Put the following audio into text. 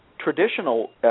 Traditional